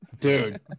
dude